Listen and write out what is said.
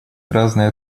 разные